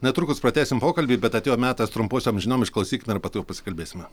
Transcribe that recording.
netrukus pratęsim pokalbį bet atėjo metas trumposiom žinom išklausykime ir po to jau pasikalbėsime